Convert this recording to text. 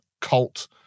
cult